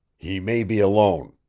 he may be alone.